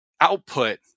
output